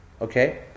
Okay